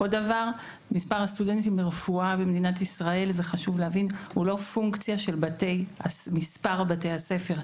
מספר הסטודנטים לרפואה במדינת ישראל הוא לא פונקציה של מספר בתי הספר,